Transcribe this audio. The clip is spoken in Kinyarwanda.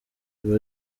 ibi